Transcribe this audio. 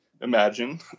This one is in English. imagine